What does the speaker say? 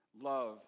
love